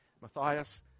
Matthias